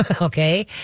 Okay